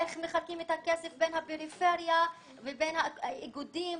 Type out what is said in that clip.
איך מחלקים את הכסף בין הפריפריה ובין האיגודים,